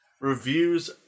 reviews